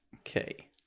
Okay